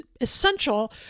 essential